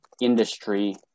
industry